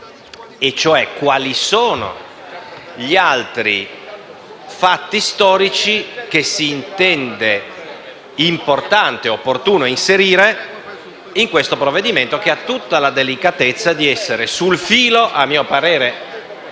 e quali sono gli altri fatti storici che s'intende opportuno inserire in questo provvedimento, che ha tutta la delicatezza di essere sul filo - a mio parere